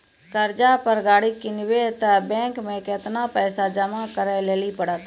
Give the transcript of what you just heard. कर्जा पर गाड़ी किनबै तऽ बैंक मे केतना पैसा जमा करे लेली पड़त?